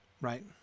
right